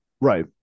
right